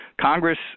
Congress